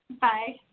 Bye